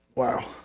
Wow